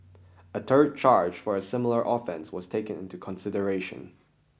a third charge for a similar offence was taken into consideration